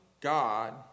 God